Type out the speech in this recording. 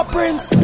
Prince